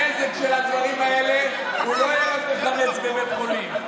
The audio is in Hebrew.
הנזק של הדברים האלה לא ייגמר בחמץ בבית חולים.